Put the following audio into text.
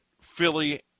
Philly